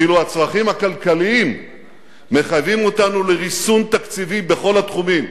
ואילו הצרכים הכלכליים מחייבים אותנו לריסון תקציבי בכל התחומים,